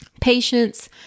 patience